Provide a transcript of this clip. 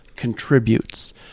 contributes